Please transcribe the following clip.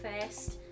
first